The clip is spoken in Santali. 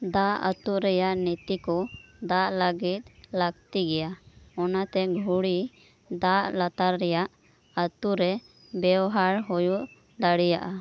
ᱫᱟᱜ ᱟᱹᱛᱩ ᱨᱮᱭᱟᱜ ᱱᱤᱛᱤ ᱠᱚ ᱫᱟᱜ ᱞᱟᱹᱜᱤᱫ ᱞᱟᱹᱠᱛᱤ ᱜᱮᱭᱟ ᱚᱱᱟᱛᱮ ᱜᱷᱩᱲᱤ ᱫᱟᱜ ᱞᱟᱛᱟᱨ ᱨᱮᱭᱟᱜ ᱟᱹᱛᱩᱨᱮ ᱵᱮᱣᱦᱟᱨ ᱦᱩᱭ ᱫᱟᱲᱮᱭᱟᱜᱼᱟ